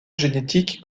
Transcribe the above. génétiques